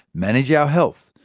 manage our health,